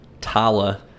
Tala